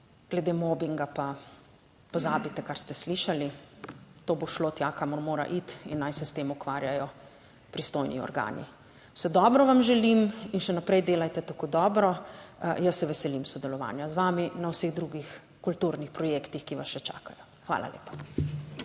Glede mobinga pa pozabite, kar ste slišali. To bo šlo tja, kamor mora iti, in naj se s tem ukvarjajo pristojni organi. Vse dobro vam želim in še naprej delajte tako dobro. Jaz se veselim sodelovanja z vami na vseh drugih kulturnih projektih, ki vas še čakajo. Hvala lepa.